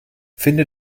finde